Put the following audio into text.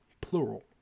plural